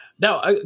Now